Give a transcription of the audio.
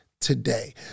today